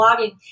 blogging